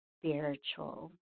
spiritual